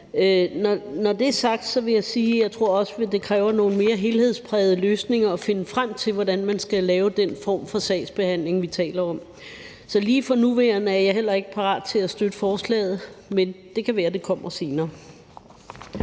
Når det er sagt, vil jeg også sige, at jeg tror, det kræver nogle mere helhedsprægede løsninger at finde frem til, hvordan man skal lave den form for sagsbehandling, vi taler om. Så lige for nuværende er jeg heller ikke parat til at støtte forslaget. Men det kan være, det kommer senere.